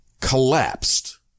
collapsed